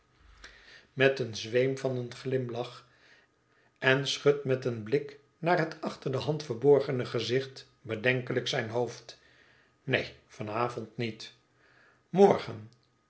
met een zweem van een glimlach en schudt met een blik naar het achter de hand verborgene gezicht bedenkelijk zijn hoofd neen van avond niet morgen